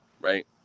right